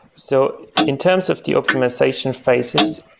so in terms of the optimization phases,